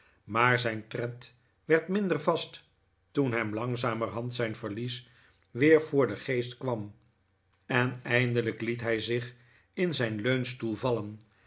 maar zijn tred werd minder vast toen hem langzamerhand zijn verlies weer voor den geest kwam en eindelijk liet hij zich in zijn leunstoel vallen